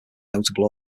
notable